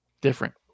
Different